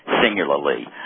singularly